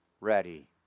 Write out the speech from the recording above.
ready